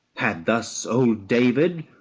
had thus old david,